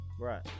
Right